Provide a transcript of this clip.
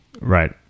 Right